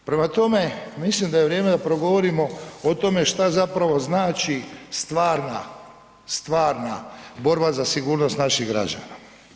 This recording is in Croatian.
Prema tome, mislim da je vrijeme da progovorimo o tome šta zapravo znači stvarna, stvarna borba za sigurnost naših građana.